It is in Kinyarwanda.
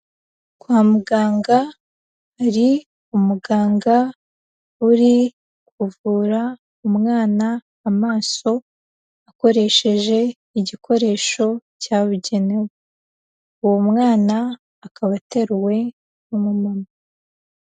Kwa muganga hari umuganga uri kuvura umwana amaso akoresheje igikoresho cyabugenewe, uwo mwana akaba ateruwe n'umumama.